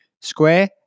square